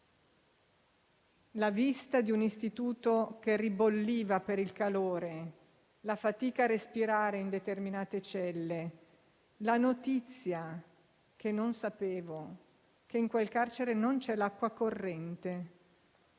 la vista di un istituto che ribolliva per il calore, la fatica a respirare in determinate celle; la notizia che non conoscevo che in quel carcere non c'è l'acqua corrente,